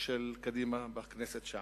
של קדימה בכנסת שעברה,